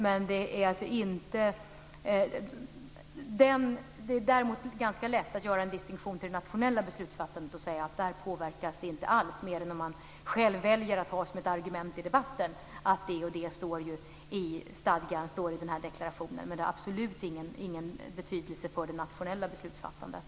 Däremot är det ganska lätt att göra en distinktion mot det nationella beslutsfattandet och säga att detta inte påverkas alls, mer än om man själv väljer att ha som ett argument i debatten att det eller det står i stadgan. Men det har absolut ingen betydelse för det nationella beslutsfattandet.